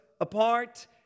apart